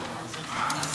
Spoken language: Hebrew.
יש.